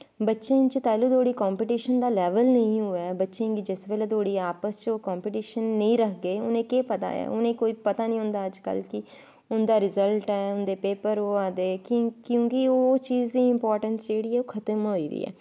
बच्चेंआ बिच्च तैल्लूं धोड़ी कंपिटीशन दा लैवल नेंई होऐ बच्चें गी जिस बेल्लै धोड़ी आपस च ओह् कंपिटीशन नेंई रखगे उनें केह् पता ऐ उनें पता नी होंदा अजकल कि उंदा रिज्लट ऐ उंदे पेपर होआ दे क्योंकि ओह् चीज़ दी इंपार्टैंस जेह्ड़ी खत्म होई दी ऐ